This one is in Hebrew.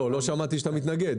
לא שמעתי שאתה מתנגד.